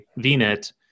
VNet